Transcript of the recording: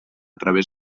través